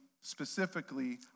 specifically